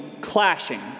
clashing